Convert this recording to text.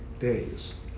Days